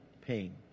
pain